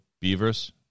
Beavers